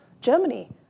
Germany